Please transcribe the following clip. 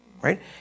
Right